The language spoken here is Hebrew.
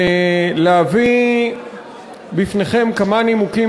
ולהביא בפניכם כמה נימוקים,